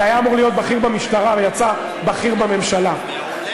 אתה בכיוון הנכון.